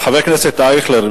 חבר הכנסת אייכלר,